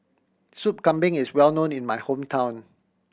Sup Kambing is well known in my hometown